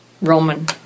Roman